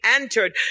entered